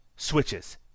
switches